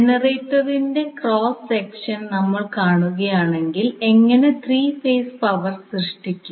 ജനറേറ്ററിന്റെ cross section നമ്മൾ കാണുകയാണെങ്കിൽ എങ്ങനെ 3 ഫേസ് പവർ സൃഷ്ടിക്കും